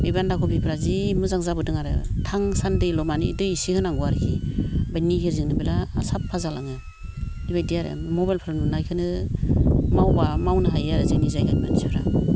बे बान्दा खफिफ्रा जि मोजां जाबोदों आरो थांसान्दैल' मानि दै इसे होनांगौ आरखि ओमफ्राय निहिरजोंनो बिराद साफ्फा जालाङो बिबायदि आरो मबाइलफ्राव नुनायखोनो मावब्ला मावनो हायो आरो जोंनि जायगानि मानसिफ्रा